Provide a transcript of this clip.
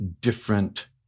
different